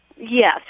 Yes